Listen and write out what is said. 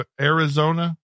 Arizona